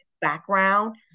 background